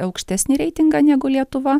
aukštesnį reitingą negu lietuva